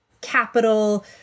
capital